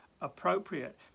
appropriate